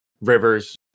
River's